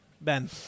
Ben